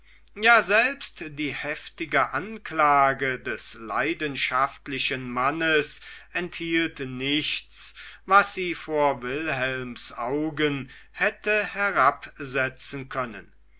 ja selbst die heftige anklage des leidenschaftlichen mannes enthielt nichts was sie vor wilhelms augen hätte herabsetzen können